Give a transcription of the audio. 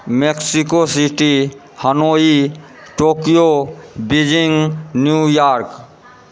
Mexico City Hanoi Tokyo Beijing New York